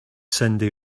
cyndi